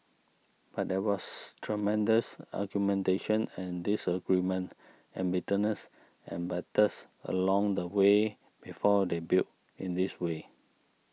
but there was tremendous argumentation and disagreement and bitterness and battles along the way before they built in this way